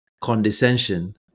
condescension